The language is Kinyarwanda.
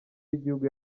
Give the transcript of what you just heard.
y’igihugu